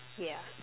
ya